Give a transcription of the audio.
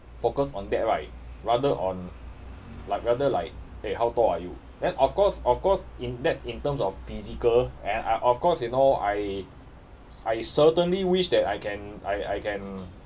focused on that right rather on like rather like eh how tall are you then of course of course in that in terms of physical and and of course you know I I certainly wish that I can I I can